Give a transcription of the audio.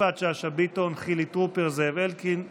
יפעת שאשא ביטון, חילי טרופר, זאב אלקין,